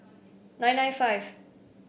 nine nine five